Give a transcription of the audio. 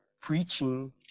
preaching